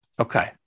Okay